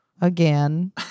again